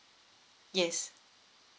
yes